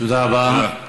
תודה רבה.